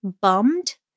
bummed